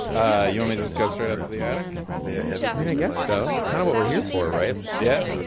ah you want me to just go straight up to the attic? yeah, like i mean, i guess so. it's kind of what we're here for, right? yeah.